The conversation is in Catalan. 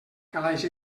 calaix